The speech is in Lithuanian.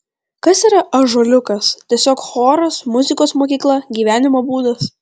kas yra ąžuoliukas tiesiog choras muzikos mokykla gyvenimo būdas